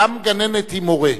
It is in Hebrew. גם גננת היא מורֶה.